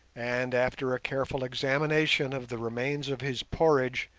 and, after a careful examination of the remains of his porridge,